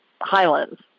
Highlands